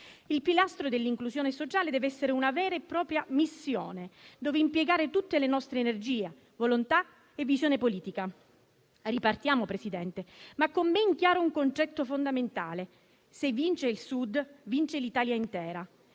Il pilastro dell'inclusione sociale deve essere una vera e propria missione, dove impiegare tutte le nostre energie, volontà e visione politica. Ripartiamo, signor Presidente del Consiglio, ma con ben chiaro un concetto fondamentale: se vince il Sud, vince l'Italia intera.